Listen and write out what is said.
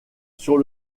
sur